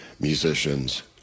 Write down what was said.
musicians